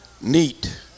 neat